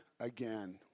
again